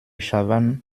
chavanne